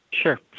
Sure